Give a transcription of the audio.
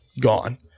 gone